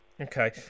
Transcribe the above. Okay